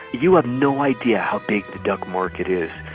you have no idea how big a duck market is.